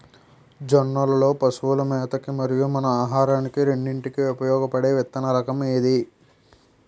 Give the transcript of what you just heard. జొన్నలు లో పశువుల మేత కి మరియు మన ఆహారానికి రెండింటికి ఉపయోగపడే విత్తన రకం ఏది?